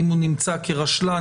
אם הוא נמצא כרשלן,